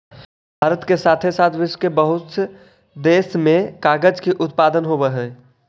भारत के साथे साथ विश्व के बहुते देश में कागज के उत्पादन होवऽ हई